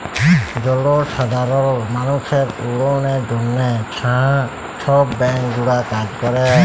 জলসাধারল মালুসের উল্ল্যয়লের জ্যনহে হাঁ ছব ব্যাংক গুলা কাজ ক্যরে